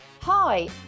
Hi